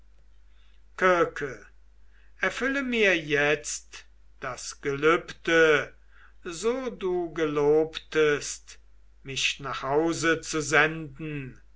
erfülle mir jetzt das gelübde so du gelobtest mich nach hause zu senden